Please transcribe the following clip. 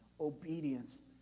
Obedience